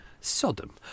sodom